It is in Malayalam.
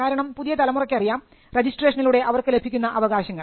കാരണം പുതിയ തലമുറയ്ക്കറിയാം രജിസ്ട്രേഷനിലൂടെ അവർക്ക് ലഭിക്കുന്ന അവകാശങ്ങൾ